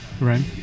Right